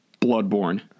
Bloodborne